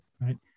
right